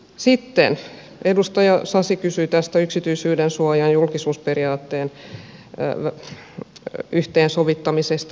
sitten edustaja sasi kysyi tästä yksityisyydensuojan ja julkisuusperiaatteen yhteensovittamisesta